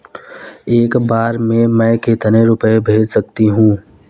एक बार में मैं कितने रुपये भेज सकती हूँ?